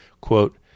quote